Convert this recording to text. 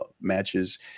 matches